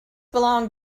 belong